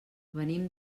venim